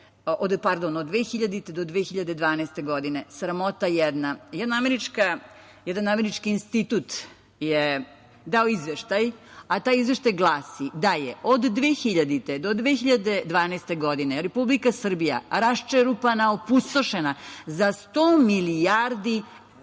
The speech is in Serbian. Srbiji od 2000. do 2012. godine. Sramota jedna. Jedan američki institut je dao izveštaj, a taj izveštaj glasi da je od 2000. do 2012. godine, Republika Srbija raščerupana, opustošena za 100 milijardi